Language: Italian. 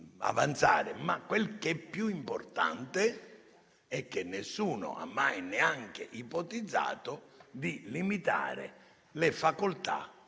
quel che è più importante è che nessuno ha mai neanche ipotizzato di limitare le facoltà